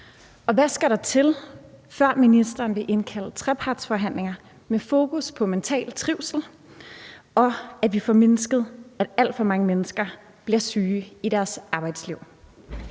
og hvad skal der til, før ministeren vil indkalde til trepartsforhandlinger med fokus på mental trivselog vi får mindsket, at alt for mange mennesker bliver syge i deres arbejdsliv?